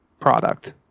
product